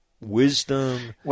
wisdom